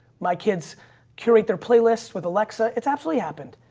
my kids curate their playlists with alexa. it's absolutely happened.